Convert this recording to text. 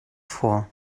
vor